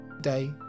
Day